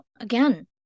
again